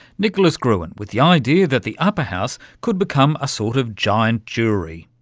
nicholas gruen with the idea that the upper house could become a sort of giant jury.